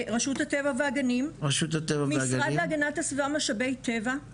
רשות הטבע והגנים, משרד להגנת הסביבה משאבי טבע.